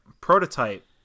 prototype